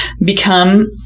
become